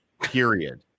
period